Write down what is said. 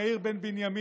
יאיר בן בנימין,